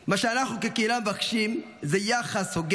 מה שאנחנו כקהילה מבקשים זה יחס הוגן,